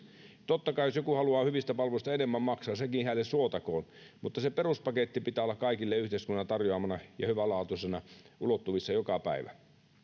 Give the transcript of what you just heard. totta kai jos joku haluaa hyvistä palveluista maksaa enemmän se hänelle suotakoon mutta sen peruspaketin pitää olla yhteiskunnan tarjoamana hyvälaatuisena ulottuvissa kaikille joka päivä